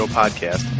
podcast